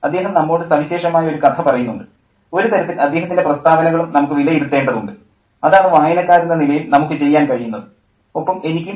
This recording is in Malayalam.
അദ്ദേഹം നമ്മോട് സവിശേഷമായ ഒരു കഥ പറയുന്നുണ്ട് ഒരു തരത്തിൽ അദ്ദേഹത്തിൻ്റെ പ്രസ്താവനകളും നമുക്ക് വിലയിരുത്തേണ്ടതുണ്ട് അതാണ് വായനക്കാരെന്ന നിലയിൽ നമുക്ക് ചെയ്യാൻ കഴിയുന്നത് ഒപ്പം എനിക്കും